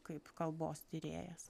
kaip kalbos tyrėjas